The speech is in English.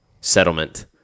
settlement